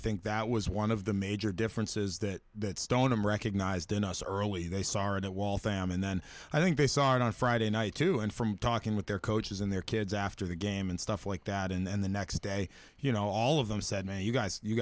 think that was one of the major differences that that stoneham recognized in us early they saren at waltham and then i think they saw it on friday night to and from talking with their coaches and their kids after the game and stuff like that and then the next day you know all of them said man you guys you